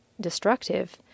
destructive